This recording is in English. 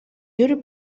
your